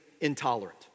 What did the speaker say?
intolerant